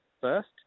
first